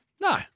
No